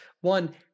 One